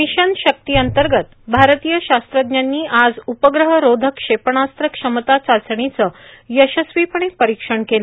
mission Shakti अंतर्गत भारतीय शास्त्रज्ञांनी आज उपग्रह रोधक क्षेपणास्त्र क्षमता चाचणीचं यशस्वीपणे परिक्षण केलं